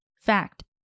Fact